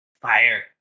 Fire